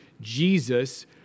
Jesus